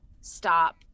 stop